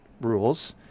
rules